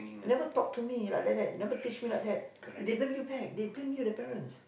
never talk to me like like that never teach like that they blame you back they blame you the parents